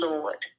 Lord